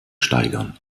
steigern